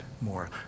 more